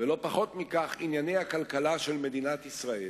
ולא פחות מכך ענייני הכלכלה של מדינת ישראל,